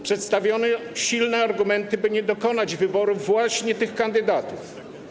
Przedstawiono silne argumenty, by nie dokonać wyboru właśnie tych kandydatów.